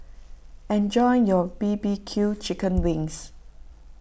enjoy your B B Q Chicken Wings